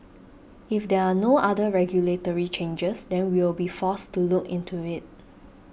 if there are no other regulatory changes then we'll be forced to look into it